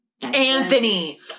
anthony